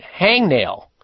hangnail